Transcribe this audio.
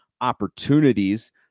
opportunities